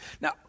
Now